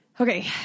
Okay